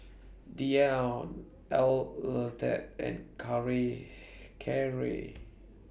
Dion Arleth and Kerrie